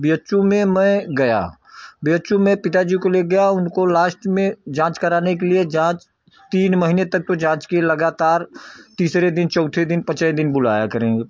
B H U में मैं गया बी एच यू में पिताजी को ले गया उनको लास्ट में जाँच कराने के लिए जाँच तीन महीने तक को जाँच की लगातार तीसरे दिन चौथे दिन पाँचवे दिन बुलाया करेंगे